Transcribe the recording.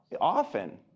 Often